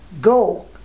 go